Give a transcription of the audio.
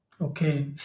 okay